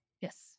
yes